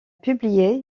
publié